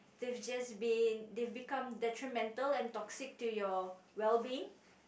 they've just been they've become detrimental and toxic to your well being